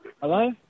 Hello